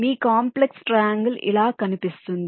మీ complex triangle ఇలా కనిపిస్తుంది